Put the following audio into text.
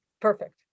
Perfect